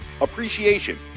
Appreciation